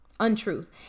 untruth